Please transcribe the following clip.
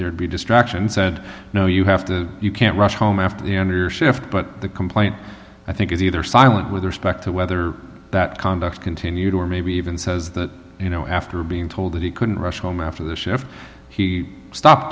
there'd be destruction said no you have to you can't rush home after you know your shift but the complaint i think is either silent with respect to whether that conduct continued or maybe even says that you know after being told that he couldn't rush home after the shift he stop